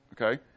okay